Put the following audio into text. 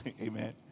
amen